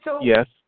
Yes